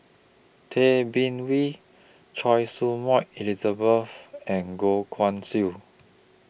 Tay Bin Wee Choy Su Moi Elizabeth and Goh Guan Siew